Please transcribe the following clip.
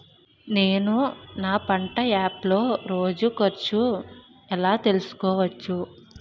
నేను నా పంట యాప్ లో రోజు ఖర్చు ఎలా తెల్సుకోవచ్చు?